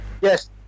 Yes